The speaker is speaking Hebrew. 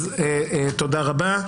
תודה רבה.